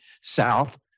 south